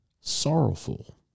sorrowful